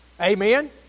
Amen